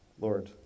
Lord